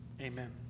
amen